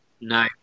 No